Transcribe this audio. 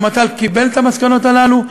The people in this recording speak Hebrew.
הרמטכ"ל קיבל את המסקנות הללו,